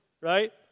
Right